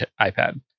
iPad